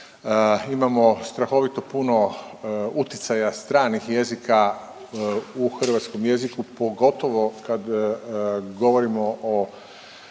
Imamo strahovito puno utjecaja stranih jezika u hrvatskom jeziku, pogotovo kad govorimo o